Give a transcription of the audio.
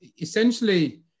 essentially